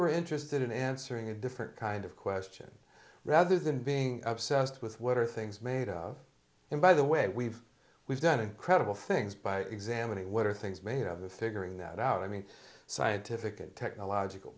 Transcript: were interested in answering a different kind of question rather than being obsessed with what are things made of and by the way we've we've done incredible things by examining what are things made of the figuring that out i mean scientific and technological